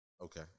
Okay